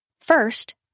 First